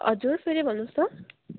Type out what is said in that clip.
हजुर फेरि भन्नुहोस् त